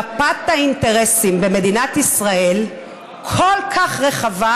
מפת האינטרסים במדינת ישראל כל כך רחבה,